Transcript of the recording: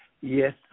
yes